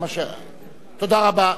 תודה רבה.